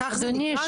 וכך זה נקרא?